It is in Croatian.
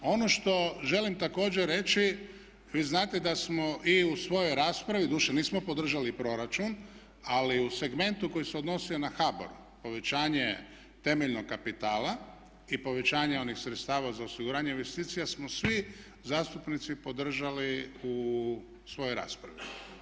Ono što želim također reći vi znate da smo i u svojoj raspravi, doduše nismo podržali proračun, ali u segmentu koji se odnosio na HBOR povećanje temeljnog kapitala i povećanje onih sredstava za osiguranje investicija smo svi zastupnici podržali u svojoj raspravi.